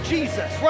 Jesus